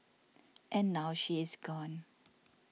and now she is gone